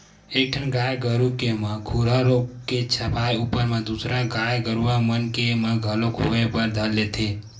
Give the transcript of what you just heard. एक ठन गाय गरु के म खुरहा रोग के छपाय ऊपर म दूसर गाय गरुवा मन के म घलोक होय बर धर लेथे